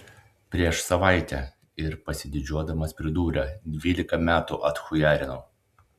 prieš savaitę ir pasididžiuodamas pridūrė dvylika metų atchujarinau